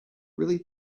really